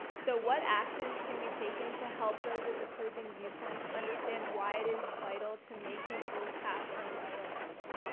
so what actions can be taken to help those with opposing viewpoints understand why it is vital to make these rules pass on a federal level?